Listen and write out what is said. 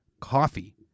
coffee